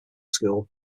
school